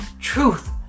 Truth